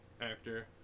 actor